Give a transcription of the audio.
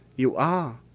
you are.